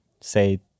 say